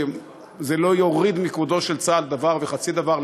זה לא יוריד מכבודו של צה"ל דבר וחצי דבר,